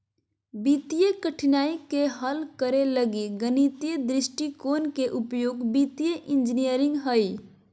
वित्तीय कठिनाइ के हल करे लगी गणितीय दृष्टिकोण के उपयोग वित्तीय इंजीनियरिंग हइ